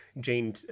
Jane